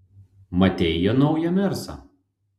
matei jo naują mersą